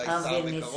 אולי שר בקרוב.